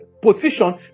position